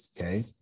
okay